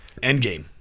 Endgame